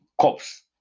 cops